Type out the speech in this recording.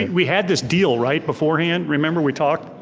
we had this deal, right, beforehand, remember we talked?